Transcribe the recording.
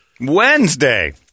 Wednesday